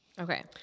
Okay